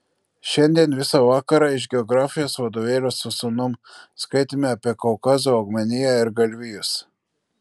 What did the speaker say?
šiandien visą vakarą iš geografijos vadovėlio su sūnum skaitėme apie kaukazo augmeniją ir galvijus